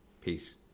Peace